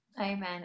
Amen